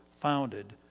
founded